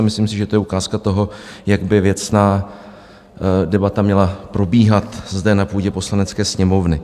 Myslím si, že to je ukázka toho, jak by věcná debata měla probíhat zde na půdě Poslanecké sněmovny.